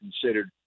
considered